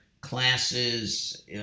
classes